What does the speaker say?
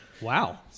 Wow